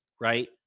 right